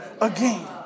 again